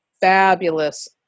fabulous